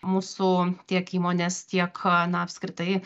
mūsų tiek įmonės tiek na apskritai